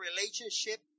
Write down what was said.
relationship